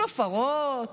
שופרות.